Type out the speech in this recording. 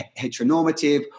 heteronormative